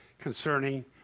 concerning